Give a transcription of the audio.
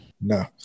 No